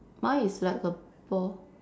mine is like a ball